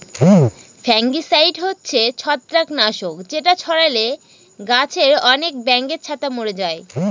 fungicide হচ্ছে ছত্রাক নাশক যেটা ছড়ালে গাছে আনেক ব্যাঙের ছাতা মোরে যায়